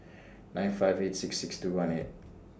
nine five eight six six two one eight